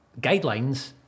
guidelines